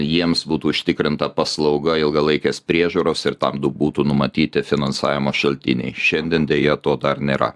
jiems būtų užtikrinta paslauga ilgalaikės priežiūros ir tam du būtų numatyti finansavimo šaltiniai šiandien deja to dar nėra